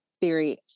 theory